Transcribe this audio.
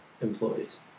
Employees